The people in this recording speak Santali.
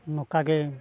ᱱᱚᱝᱠᱟ ᱜᱮ